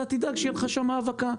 אתה תדאג שתהיה לך שם האבקה,